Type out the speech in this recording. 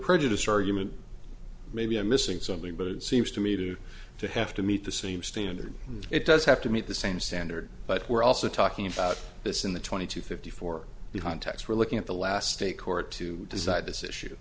prejudiced argument maybe i'm missing something but it seems to me to to have to meet the same standard it does have to meet the same standard but we're also talking about this in the twenty to fifty four behind text we're looking at the last state court to decide this issue